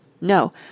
No